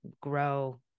grow